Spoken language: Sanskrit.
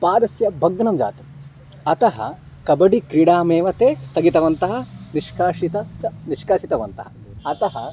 पादस्य भग्नः जातम् अतः कबडि क्रीडामेव ते स्थगितवन्तः निष्कासितं स निष्कासितवन्तः अतः